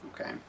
okay